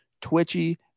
twitchy